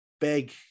big